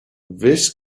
this